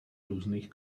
různých